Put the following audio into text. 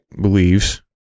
believes